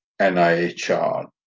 NIHR